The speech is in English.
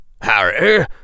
Harry